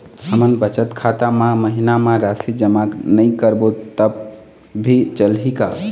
हमन बचत खाता मा महीना मा राशि जमा नई करबो तब भी चलही का?